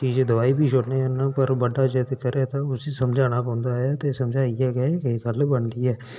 उसी दबाई बी छोड़ने आं पर बड्डा जेह् तक्कर ऐ उसी समझाना पौंदा ऐ ते उसी समझाइयै गै गल्ल बनदी ऐ